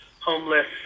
homeless